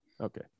okay